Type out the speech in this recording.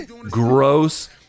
gross